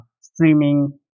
streaming